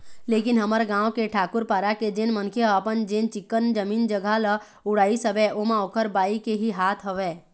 लेकिन हमर गाँव के ठाकूर पारा के जेन मनखे ह अपन जेन चिक्कन जमीन जघा ल उड़ाइस हवय ओमा ओखर बाई के ही हाथ हवय